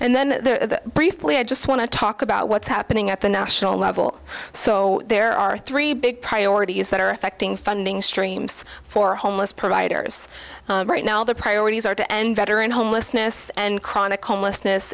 and then briefly i just want to talk about what's happening at the national level so there are three big priorities that are affecting funding streams for homeless providers right now the priorities are to end veteran homelessness and chronic homelessness